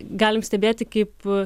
galim stebėti kaip